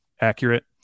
accurate